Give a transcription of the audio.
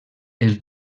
els